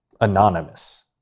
anonymous